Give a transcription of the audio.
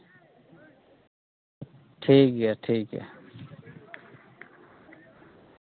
ᱴᱷᱤ ᱠᱜᱮᱭᱟ ᱴᱷᱤᱠ ᱜᱮᱭᱟ